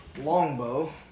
longbow